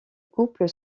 couple